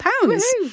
pounds